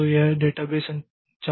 तो यह डेटाबेस संचालन है